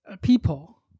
people